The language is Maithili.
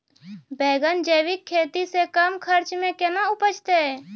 बैंगन जैविक खेती से कम खर्च मे कैना उपजते?